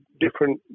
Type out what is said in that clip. different